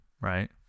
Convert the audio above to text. right